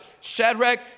Shadrach